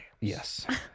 Yes